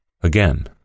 Again